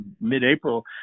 mid-April